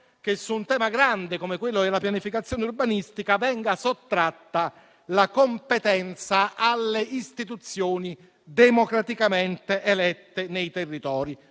che su un tema grande come quello della pianificazione urbanistica venga sottratta la competenza alle istituzioni democraticamente elette nei territori.